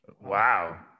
Wow